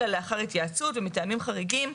אלא לאחר התייעצות ומטעמים חריגים".